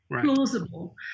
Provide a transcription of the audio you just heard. plausible